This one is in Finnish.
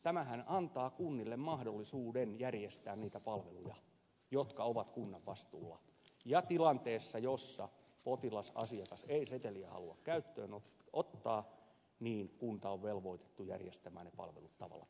tämähän antaa kunnille mahdollisuuden järjestää niitä palveluja jotka ovat kunnan vastuulla ja tilanteessa jossa potilasasiakas ei seteliä halua käyttöön ottaa kunta on velvoitettu järjestämään ne palvelut tavalla tai toisella